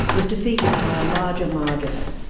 was defeated by a larger margin.